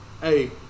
hey